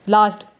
Last